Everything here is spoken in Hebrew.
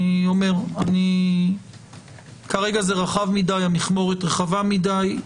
אני אומר, כרגע זה רחב מדי, המכמורת רחבה מדי.